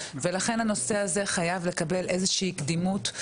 ולכן הנושא הזה חייב לקבל איזה שהיא קדימות.